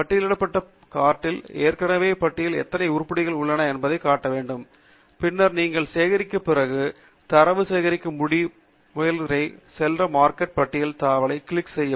பட்டியலிடப்பட்ட பட்டியல் கார்ட்டில் ஏற்கனவே பட்டியலில் எத்தனை உருப்படிகள் உள்ளன என்பதைக் காட்ட வேண்டும் பின்னர் நீங்கள் சேகரித்த பிறகு தரவு சேகரிக்க மூன்று படி செயல்முறைக்கு செல்ல மார்க்கட் பட்டியல் தாவலைக் கிளிக் செய்யவும்